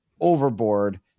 overboard